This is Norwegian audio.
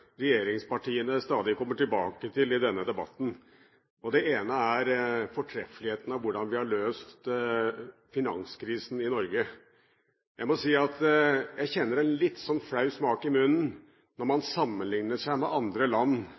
har løst finanskrisen i Norge. Jeg må si at jeg kjenner en litt flau smak i munnen når man sammenligner seg med land i Europa og resten av verden, som hadde helt andre